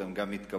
הן גם מתקבלות,